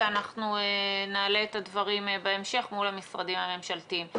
אנחנו נעלה את הדברים בהמשך מול המשרדים הממשלתיים.